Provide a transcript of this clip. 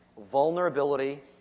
vulnerability